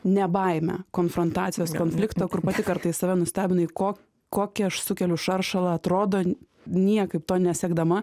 ne baimę konfrontacijos konflikto kur pati kartais save nustebinu į ko kokį aš sukeliu šaršalą atrodo niekaip to nesiekdama